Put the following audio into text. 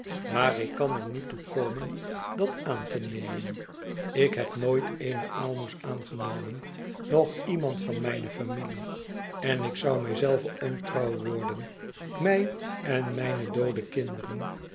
maar ik kan er niet toe komen dat aan te nemen ik heb nooit eene aalmoes aangenomen noch iemand van mijne familie en ik zou mij zelve ontrouw worden mij en mijne doode kinderen